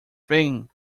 thing